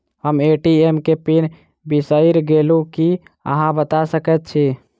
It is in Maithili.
हम ए.टी.एम केँ पिन बिसईर गेलू की अहाँ बता सकैत छी?